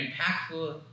impactful